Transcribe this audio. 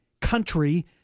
country